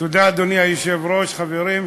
אדוני היושב-ראש, תודה, חברים,